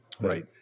Right